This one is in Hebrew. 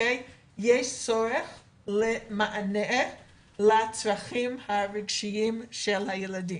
יש צורך במענה לצרכים הרגשיים של הילדים.